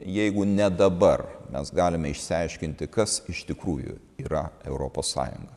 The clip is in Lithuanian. jeigu ne dabar mes galime išsiaiškinti kas iš tikrųjų yra europos sąjunga